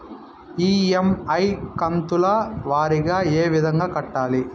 EMI కంతుల వారీగా ఏ విధంగా కట్టాలి